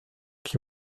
qui